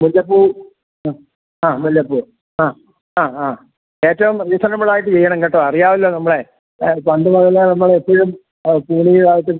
മുല്ലപ്പൂ ആ ആ മുല്ലപ്പൂ ആ ആ ആ ഏറ്റവും റീസണബിളായിട്ട് ചെയ്യണം കേട്ടോ അറിയാമല്ലോ നമ്മളെ പണ്ട് മുതലേ നമ്മളെപ്പോഴും കൂലിയുമായിട്ട്